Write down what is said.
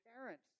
parents